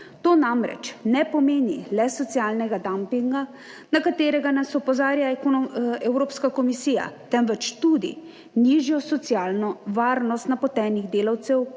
To namreč ne pomeni le socialnega dampinga, na katerega nas opozarja Evropska komisija, temveč tudi nižjo socialno varnost napotenih delavcev